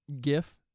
gif